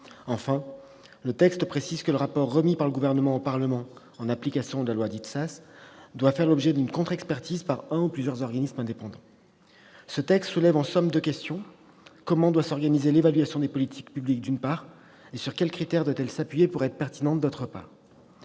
Enfin, le texte précise que le rapport remis par le Gouvernement au Parlement en application de la loi Sas doit faire l'objet d'une contre-expertise par un ou plusieurs organismes indépendants. Ce texte soulève en somme deux questions : comment doit s'organiser l'évaluation des politiques publiques ? Sur quels critères doit-elle s'appuyer pour être pertinente ? La première